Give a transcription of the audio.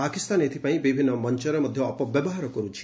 ପାକିସ୍ତାନ ଏଥିପାଇଁ ବିଭିନ୍ନ ମଞ୍ଚର ମଧ୍ୟ ଅପବ୍ୟବହାର କରୁଛି